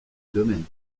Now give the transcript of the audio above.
domaine